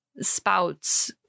spouts